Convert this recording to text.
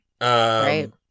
Right